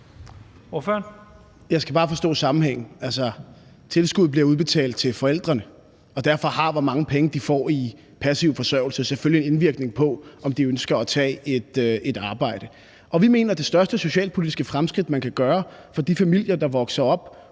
Jeg skal bare forstå sammenhængen. Altså, tilskuddet blive udbetalt til forældrene, og hvor mange penge, de får i passiv forsørgelse, har selvfølgelig indvirkning på, om de ønsker at tage et arbejde. Vi mener, at det største socialpolitiske fremskridt, man kan gøre for de familier, hvor børn vokser op,